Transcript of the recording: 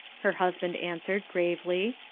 her husband answered gravely.